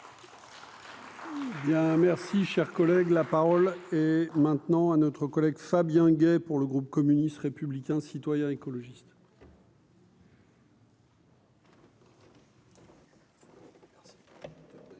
merci, cher collègue, la parole est maintenant à notre collègue Fabien Gay pour le groupe communiste, républicain, citoyen et écologiste. C'est